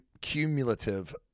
cumulative